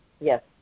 Yes